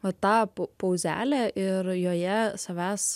va tą pauzelę ir joje savęs